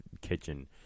kitchen